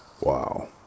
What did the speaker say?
wow